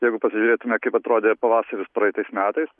jeigu pasižiūrėtume kaip atrodė pavasaris praeitais metais